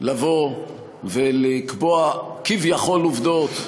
לבוא ולקבוע כביכול עובדות,